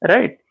Right